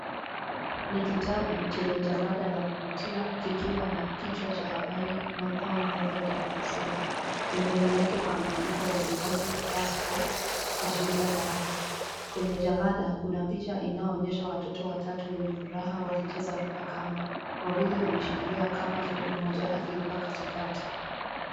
Ni kitabu chenye jalada ya kuvutia kikiwa na kichwa cha habari Longhorn Methode de Francais. Pembeni yake pameandikwa wazi wazi class four kuashiria darasa. Kwenye jalada, kuna picha inayoonyesha watoto watatu wenye furaha wakicheza ruka kamba. Wawili wameshikilia kamba huku mmoja akiruka katikati.